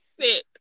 sick